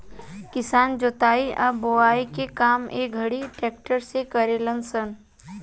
किसान जोताई आ बोआई के काम ए घड़ी ट्रक्टर से करेलन स